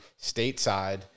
stateside